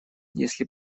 если